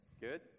Good